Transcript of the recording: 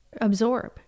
absorb